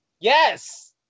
Yes